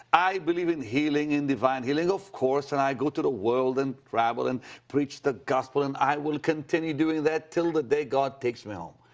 i believe in healing and divine healing, of course, and i go to the world and travel and preach the gospel and i will continue doing that til the day god takes me home.